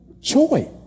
joy